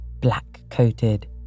black-coated